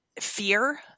fear